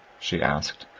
she asked,